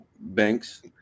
Banks